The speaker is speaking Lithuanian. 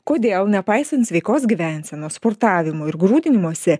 kodėl nepaisant sveikos gyvensenos sportavimo ir grūdinimosi